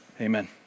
amen